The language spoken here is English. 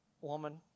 Woman